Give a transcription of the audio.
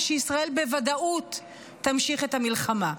ושישראל בוודאות תמשיך את המלחמה.